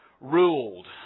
ruled